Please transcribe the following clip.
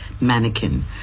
mannequin